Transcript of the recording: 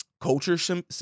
culture